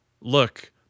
look